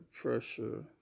pressure